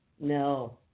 No